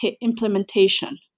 implementation